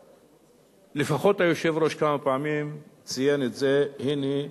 לפחות היושב-ראש כמה פעמים ציין את זה, הנה,